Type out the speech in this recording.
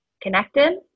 connected